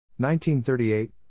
1938